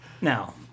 Now